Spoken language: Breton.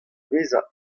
vezañ